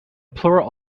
plural